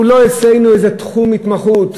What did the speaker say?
שאצלנו הוא לא איזה תחום התמחות,